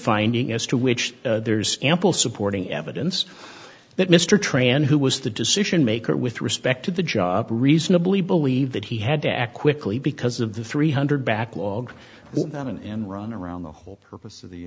finding as to which there's ample supporting evidence that mr tran who was the decision maker with respect to the job reasonably believed that he had to act quickly because of the three hundred backlog and run around the whole purpose of the